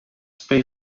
pay